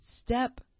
step